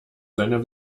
seiner